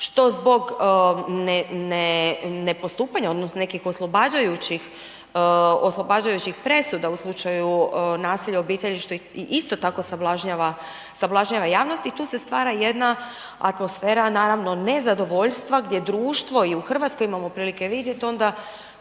što zbog nepostupanja, odnosno nekih oslobađajućih presuda u slučaju nasilja u obitelji, što isto tako sablažnjava javnost i tu se stvara jedna atmosfera, naravno nezadovoljstva gdje društvo, i u Hrvatskoj imamo prilike vidjeti onda,